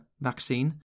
vaccine